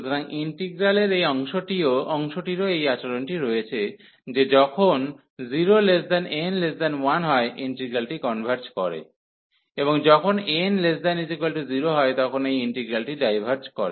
সুতরাং ইন্টিগ্রালের এই অংশটিরও এই আচরণটি রয়েছে যে যখন 0n1 হয় ইন্টিগ্রালটি কনভার্জ করে এবং যখন n≤0 হয় তখন এই ইন্টিগ্রালটি ডাইভার্জ করে